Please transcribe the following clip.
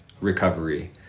recovery